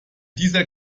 dieser